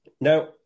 Now